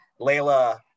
Layla